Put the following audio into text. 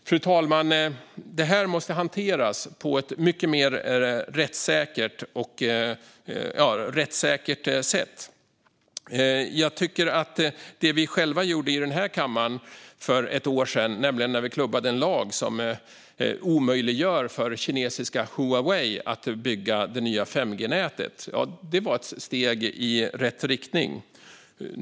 Fru talman! Det här måste hanteras på ett mycket mer rättssäkert sätt. Jag tycker att det vi själva gjorde i den här kammaren för ett år sedan, när vi klubbade en lag som omöjliggör för kinesiska Huawei att bygga det nya 5G-nätet, var ett steg i rätt riktning.